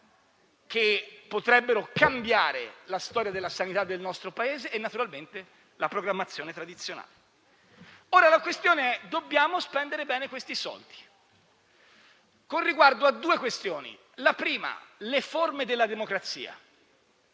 che potrebbero cambiare la storia della sanità del nostro Paese) e naturalmente la programmazione tradizionale. Ora, la questione è che dobbiamo spendere bene questi soldi, con riguardo a due aspetti: il primo è quello relativo